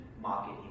market